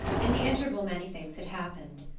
in the interval many things had happened.